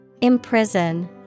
imprison